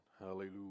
Hallelujah